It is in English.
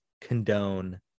condone